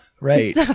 Right